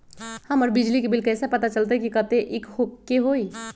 हमर बिजली के बिल कैसे पता चलतै की कतेइक के होई?